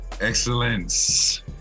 excellence